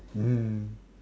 mmhmm